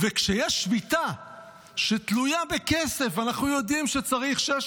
וכשיש שביתה שתלויה בכסף ואנחנו יודעים שצריך 600